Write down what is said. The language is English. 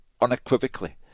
unequivocally